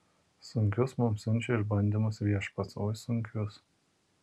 sunkius mums siunčia išbandymus viešpats oi sunkius